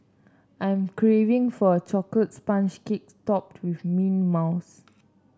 I'm craving for a chocolate sponge cake topped with mint mousse